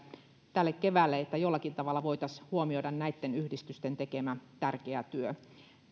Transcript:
tälle keväälle jollakin tavalla voitaisiin huomioida näitten yhdistysten tekemä tärkeä työ